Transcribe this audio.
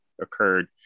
occurred